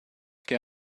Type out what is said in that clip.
che